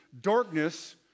darkness